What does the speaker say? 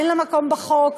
אין לה מקום בחוק.